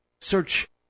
Search